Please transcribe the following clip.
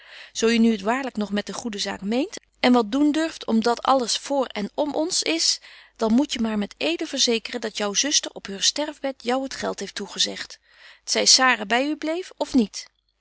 zo je nu het waarlyk nog met de goede zaak meent en wat doen durft om dat alles voor en om ons is dan moet je maar met eede verzekeren dat jou zuster op heur sterfbed jou het geld heeft toegezegt t zy sara by u bleef of niet